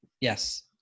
Yes